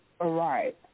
right